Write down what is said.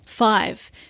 Five